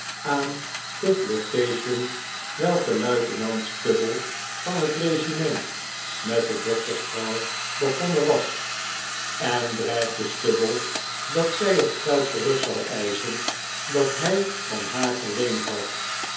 aan de flirtation welke luitenant stubble van het regiment met de doktersvrouw begonnen was en dreigde stubble dat zij het geld terug zou eischen dat hij van haar geleend had